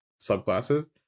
subclasses